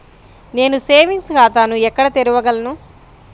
నేను సేవింగ్స్ ఖాతాను ఎక్కడ తెరవగలను?